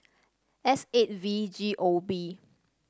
S eight V G O B